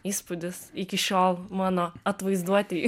įspūdis iki šiol mano atvaizduotėj